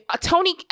Tony